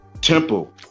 temple